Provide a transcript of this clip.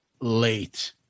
late